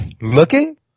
Looking